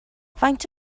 faint